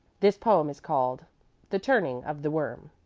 this poem is called the turning of the worm.